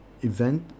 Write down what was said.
event